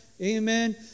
Amen